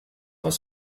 was